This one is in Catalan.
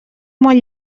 molt